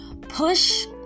Push